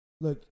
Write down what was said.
Look